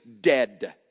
dead